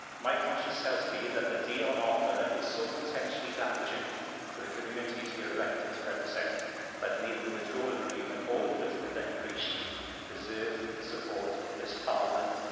my conscience tells me that the deal on offer is so potentially damaging to the communities we're elected to represent that neither the withdrawal agreement nor the political declaration deserve the support of this parliament,